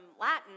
Latin